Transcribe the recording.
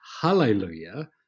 hallelujah